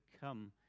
come